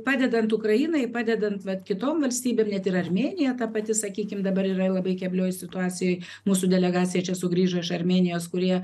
padedant ukrainai padedant vat kitom valstybėm net ir armėnija ta pati sakykim dabar yra labai keblioj situacijoj mūsų delegacija čia sugrįžo iš armėnijos kur jie